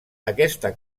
aquesta